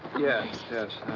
yes, yes,